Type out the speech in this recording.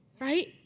Right